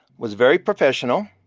was very professional,